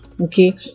Okay